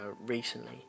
recently